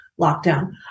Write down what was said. lockdown